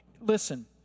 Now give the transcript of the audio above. Listen